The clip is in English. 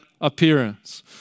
appearance